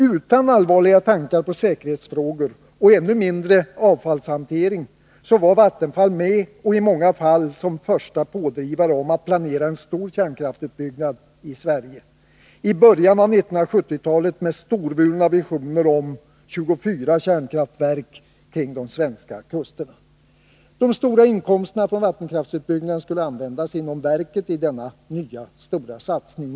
Utan allvarligare tankar på säkerhetsfrågor och ännu mindre på avfallshantering var Vattenfall med om, i många fall som förste pådrivare, att planera en stor kärnkraftsutbyggnad i Sverige — i början av 1970-talet med storvulna visioner om 24 kärnkraftverk längs de svenska kusterna. De stora inkomsterna från vattenkraftsutbyggnaden kunde använ das inom verket i denna nya stora satsning.